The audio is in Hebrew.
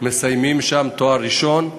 מסיימים שם תואר ראשון.